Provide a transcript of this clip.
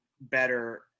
better